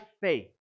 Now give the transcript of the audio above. faith